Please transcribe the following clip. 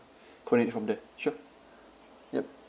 connect from there sure yup